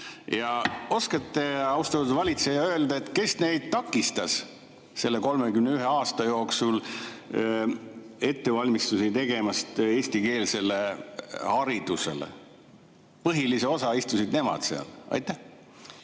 te oskate, austatud valitseja, öelda, kes neid takistas selle 31 aasta jooksul ettevalmistusi tegemast eestikeelsele haridusele üleminekuks? Põhilise osa ajast istusid nemad seal. Aitäh!